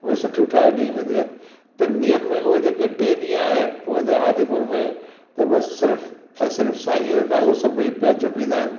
उहे सुठियूं ठाहे ॾेई वेंदियूं आहिनि टिनि ॾींहनि में उहे जेके टे ॾींहं आहिनि उहे आदिपुर में त बसि सिर्फ़ सिर्फ़ साईं जो नालो सभेई पिया जपींदा आहिनि